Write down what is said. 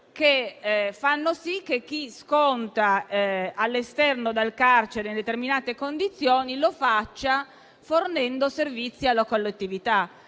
che fanno sì che chi sconta la pena all'esterno del carcere in determinate condizioni lo faccia fornendo servizi alla collettività.